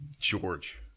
george